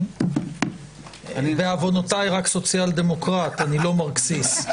אני בעוונותיי רק סוציאל-דמוקרט, אני לא מרכסיסט.